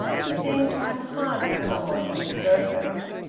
she seemed to have hardened somewhat on the surface.